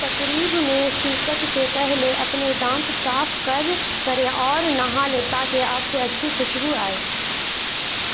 تقریب میں شرکت سے پہلے اپنے دانت صاف کر کریں اور نہالیں تاکہ آپ سے اچھی خوشبو آئے